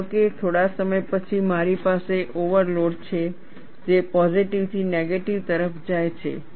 ધારો કે થોડા સમય પછી મારી પાસે ઓવરલોડ છે જે પોઝિટિવથી નેગેટિવ તરફ જાય છે